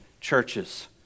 churches